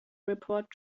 report